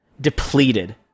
depleted